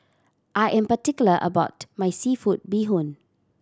I am particular about my seafood bee hoon